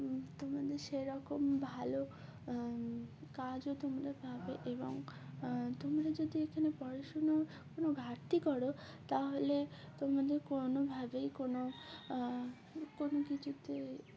তোমাদের সেরকম ভালো কাজও তোমরা পাবে এবং তোমরা যদি এখানে পড়াশুনোর কোনো ঘাটতি করো তাহলে তোমাদের কোনোভাবেই কোনো কোনো কিছুতে